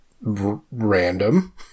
Random